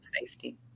safety